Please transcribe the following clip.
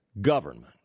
government